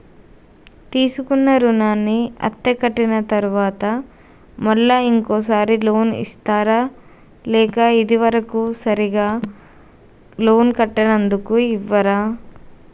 తీసుకున్న రుణాన్ని అత్తే కట్టిన తరువాత మళ్ళా ఇంకో సారి లోన్ ఇస్తారా లేక ఇది వరకు సరిగ్గా లోన్ కట్టనందుకు ఇవ్వరా?